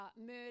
murder